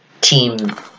team